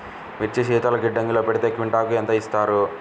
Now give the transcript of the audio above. మిర్చి శీతల గిడ్డంగిలో పెడితే క్వింటాలుకు ఎంత ఇస్తారు?